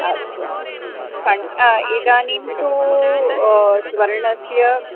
अस्तु फण् इदानीं तु स्वर्णस्य